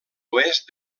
oest